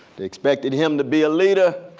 they expected him to be a leader.